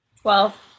Twelve